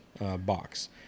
box